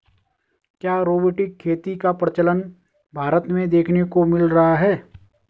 क्या रोबोटिक खेती का प्रचलन भारत में देखने को मिल रहा है?